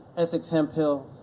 essex hemphill,